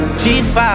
g5